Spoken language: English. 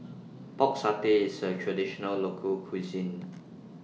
Pork Satay IS A Traditional Local Cuisine